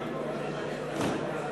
הצעת סיעת העבודה